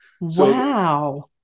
Wow